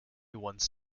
once